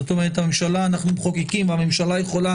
זאת אומרת אנחנו מחוקקים והממשלה יכולה